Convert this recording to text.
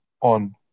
on